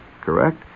correct